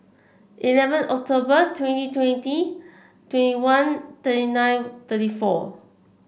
eleven October twenty twenty twenty one thirty nine thirty four